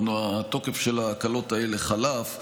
התוקף של ההקלות האלה חלף,